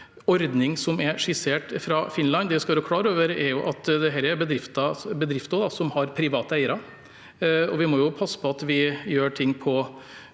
ordning som er skissert fra Finland. Det vi skal være klar over, er at dette er bedrifter som har private eiere. Vi må passe på at vi gjør ting på